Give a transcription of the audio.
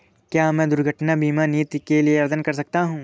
क्या मैं दुर्घटना बीमा नीति के लिए आवेदन कर सकता हूँ?